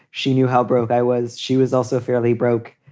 she knew how broke i was. she was also fairly broke.